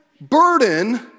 burden